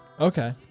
Okay